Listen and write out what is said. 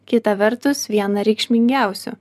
kita vertus vieną reikšmingiausių